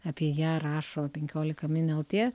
apie ją rašo penkiolika min lt